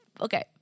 okay